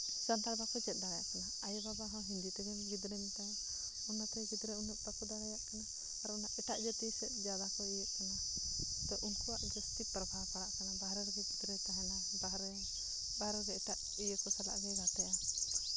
ᱥᱟᱱᱛᱟᱲ ᱵᱟᱠᱚ ᱪᱮᱫ ᱫᱟᱲᱮᱭᱟᱜ ᱠᱟᱱᱟ ᱟᱭᱳᱼᱵᱟᱵᱟ ᱦᱚᱸ ᱦᱤᱱᱫᱤ ᱛᱮᱜᱮ ᱜᱤᱫᱽᱨᱟᱹᱭ ᱢᱮᱛᱟᱭᱟ ᱚᱱᱟᱛᱮ ᱜᱤᱫᱽᱨᱟᱹ ᱩᱱᱟᱹᱜ ᱵᱟᱠᱚ ᱫᱟᱲᱮᱭᱟᱜ ᱠᱟᱱᱟ ᱟᱨ ᱮᱴᱟᱜ ᱡᱟᱹᱛᱤ ᱥᱮᱫ ᱡᱟᱫᱟ ᱠᱚ ᱤᱭᱟᱹᱭᱮᱫ ᱠᱟᱱᱟ ᱟᱫᱚ ᱩᱱᱠᱩᱣᱟᱜ ᱡᱟᱹᱥᱛᱤ ᱯᱨᱚᱵᱷᱟᱵᱽ ᱯᱟᱲᱟᱜ ᱠᱟᱱᱟ ᱵᱟᱦᱨᱮᱜᱮ ᱜᱤᱫᱽᱨᱟᱹᱭ ᱛᱟᱦᱮᱱᱟ ᱵᱟᱦᱨᱮ ᱨᱮᱜᱮ ᱮᱴᱟᱜ ᱤᱭᱟᱹ ᱠᱚ ᱥᱟᱞᱟᱜ ᱜᱮᱭ ᱜᱟᱛᱮᱫᱼᱟ